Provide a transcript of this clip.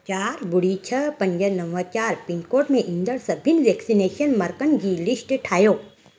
चारि ॿुड़ी छह पंज नव चारि पिनकोड में ईंदड़ु सभिनि वैक्सनेशन मर्कज़नि जी लिस्ट ठाहियो